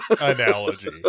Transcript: analogy